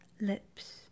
Lips